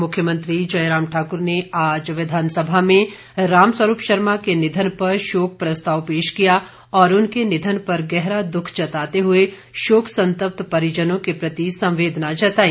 मुख्यमंत्री जयराम ठाकुर ने आज विधानसभा में राम स्वरूप शर्मा के निधन पर शोक प्रस्ताव पेश किया और उनके निधन पर गहरा दुख जताते हुए शोक संतप्त परिजनों के प्रति संवेदना जताई